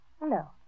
No